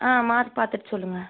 ஆ mark பார்த்துட்டு சொல்லுங்கள்